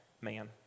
man